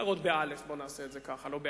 הארות באל"ף, בוא נעשה את זה ככה, לא בעי"ן,